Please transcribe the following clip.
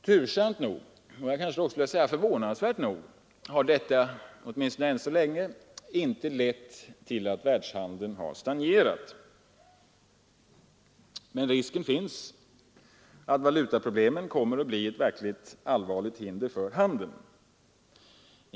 Tursamt, ja förvånansvärt nog har detta åtminstone än så länge inte lett till att världshandeln har stagnerat. Men risk finns för att valutaproblemen kommer att bli ett allvarligt hinder för handeln.